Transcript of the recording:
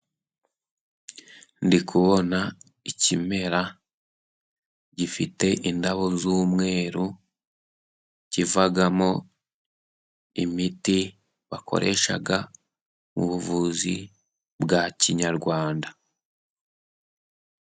Ndikubona ikimera gifite indabo z'umweru kivamo imiti bakoresha mu buvuzi bwa kinyarwanda.